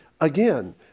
Again